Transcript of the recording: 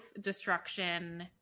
destruction